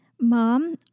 Mom